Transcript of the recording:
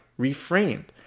reframed